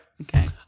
Okay